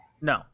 No